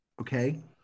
Okay